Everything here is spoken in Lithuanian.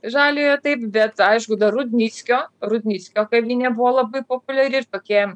žaliojo taip bet aišku dar rudnickio rudnicko kavinė buvo labai populiari ir tokia